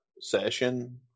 session